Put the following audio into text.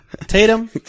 Tatum